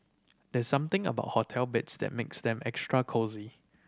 there's something about hotel beds that makes them extra cosy